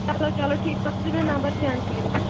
چلو چلو ٹھیٖک تُہۍ تھٲیزیو مےٚ نمبر سٮ۪نٛڈ کٔرِتھ